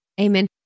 Amen